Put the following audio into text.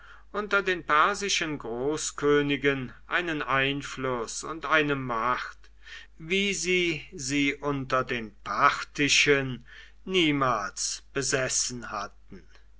unter den persischen großkönigen einen einfluß und eine macht wie sie sie unter den parthischen niemals besessen hatten